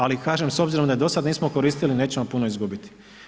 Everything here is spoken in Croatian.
Ali kažem s obzirom da je do sada nismo koristili nećemo puno izgubiti.